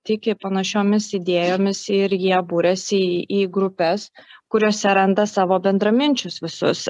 tiki panašiomis idėjomis ir jie buriasi į į grupes kuriose randa savo bendraminčius visus